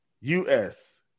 U-S